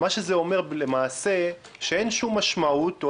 זה אומר למעשה שאין שום משמעות או